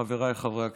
חבריי חברי הכנסת,